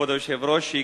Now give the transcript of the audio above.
כבוד היושב-ראש,